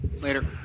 Later